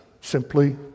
Simply